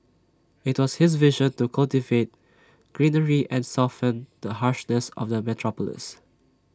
IT was his vision to cultivate greenery and soften the harshness of the metropolis